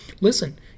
Listen